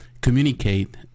communicate